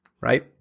right